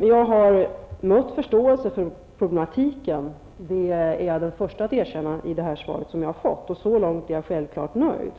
Jag har emellertid i detta svar mött förståelse för problematiken, det är jag den första att erkänna. Och så långt är jag självfallet nöjd.